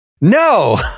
no